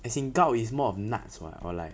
as in gout is more of nuts [what] or like